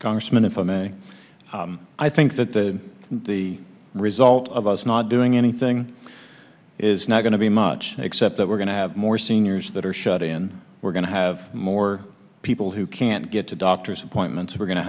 congressman if i may i think that the the result of us not doing anything is not going to be much except that we're going to have more seniors that are shut in we're going to have more people who can't get to doctors appointments we're going to